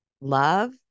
love